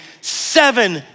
seven